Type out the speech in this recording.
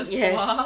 yes